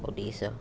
ओडीस